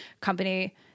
company